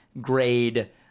grade